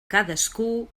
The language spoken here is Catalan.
cadascú